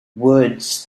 woods